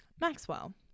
Maxwell